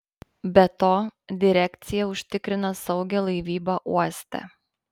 be to direkcija užtikrina saugią laivybą uoste